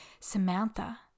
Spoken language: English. Samantha